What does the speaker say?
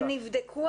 אבל נבדקו?